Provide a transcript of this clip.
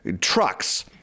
trucks